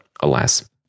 alas